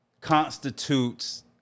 constitutes